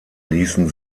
ließen